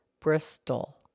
Bristol